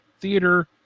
theater